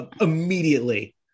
immediately